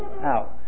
out